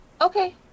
Okay